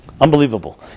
Unbelievable